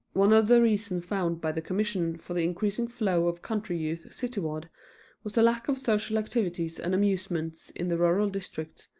one of the reasons found by the commission for the increasing flow of country youth cityward was the lack of social activities and amusements in the rural districts,